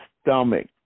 stomach